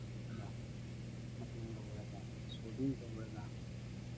ꯃꯇꯦꯡ ꯂꯧꯔꯒ ꯁꯣꯜꯗꯤꯡ ꯇꯧꯔꯒ ꯃꯣꯏ